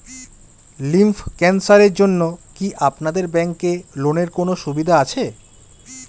Lymph ক্যানসারের জন্য কি আপনাদের ব্যঙ্কে লোনের কোনও সুবিধা আছে?